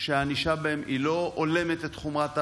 שהענישה בהם לא הולמת את חומרת העבירות,